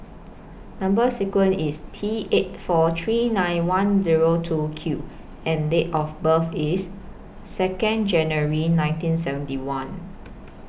Number sequence IS T eight four three nine one Zero two Q and Date of birth IS Second January nineteen seventy one